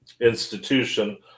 institution